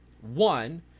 One